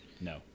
No